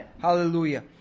Hallelujah